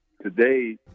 today